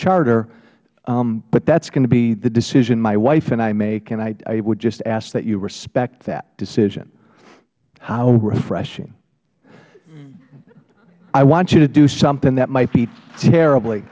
charter but that is going to be the decision my wife and i make and i would just ask that you respect that decision how refreshing i want you to do something that might be terribly